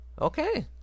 Okay